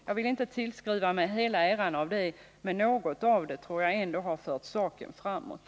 Jag vill inte tillskriva mig hela äran härav, men något tror jag ändå att det har fört saken framåt.